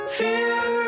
fear